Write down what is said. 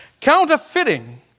Counterfeiting